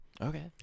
Okay